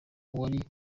uwari